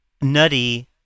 nutty